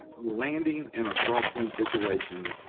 landing in a crosswind situation